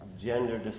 gender